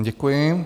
Děkuji.